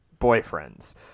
boyfriends